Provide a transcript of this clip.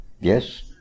Yes